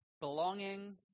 belonging